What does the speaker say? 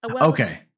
Okay